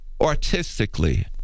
artistically